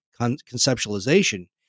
conceptualization